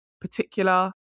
particular